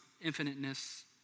infiniteness